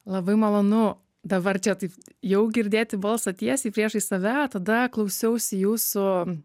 labai malonu dabar čia taip jau girdėti balsą tiesiai priešais save tada klausiausi jūsų